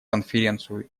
конференцию